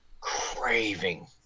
craving